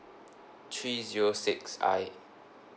three zero six I